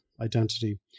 identity